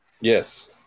Yes